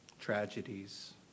tragedies